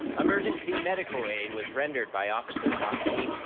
emergency medical aid was rendered by officers on scene.